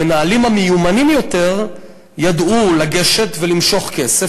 המנהלים המיומנים יותר ידעו לגשת ולמשוך כסף,